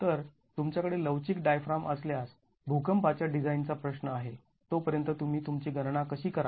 तर तुमच्याकडे लवचिक डायफ्राम असल्यास भुकंपाच्या डिझाईनचा प्रश्न आहे तोपर्यंत तुम्ही तुमची गणना कशी कराल